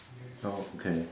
oh okay